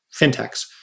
fintechs